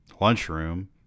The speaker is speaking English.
lunchroom